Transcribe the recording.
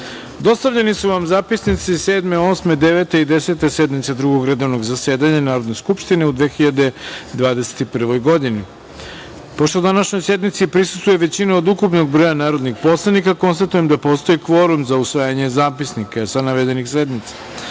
radom. Dostavljeni su vam zapisnici Sedme, Osme, Devete i Desete sednice Drugog redovnog zasedanja Narodne skupštine u 2021. godini. Pošto današnjoj sednici prisustvuje većina od ukupnog broja narodnih poslanika, konstatujem da postoji kvorum za usvajanje zapisnika sa navedenih